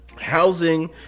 housing